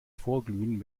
vorglühen